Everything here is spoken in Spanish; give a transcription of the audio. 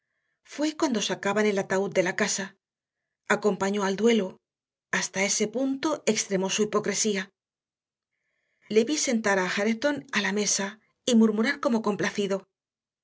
fue cuando sacaban el ataúd de la casa acompañó al duelo hasta ese punto extremó su hipocresía le vi sentar a hareton a la mesa y murmurar como complacido